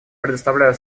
предоставляю